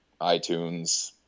iTunes